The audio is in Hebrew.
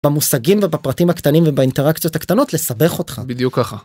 במושגים ובפרטים הקטנים ובאינטרקציות הקטנות לסבך אותך, בדיוק ככה.